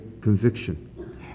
conviction